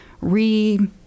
re